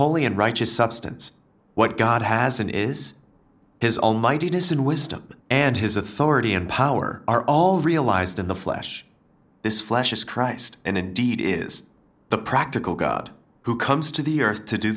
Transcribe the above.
holy and righteous substance what god has been is his almightiness and wisdom and his authority and power are all realized in the flesh this flesh is christ and indeed is the practical god who comes to the earth to do